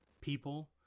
people